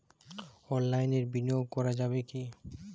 অনলাইনে বিনিয়োগ করা যাবে কি?